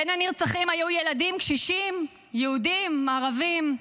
בנרצחים היו ילדים, קשישים, יהודים, ערבים.